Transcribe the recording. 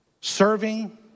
serving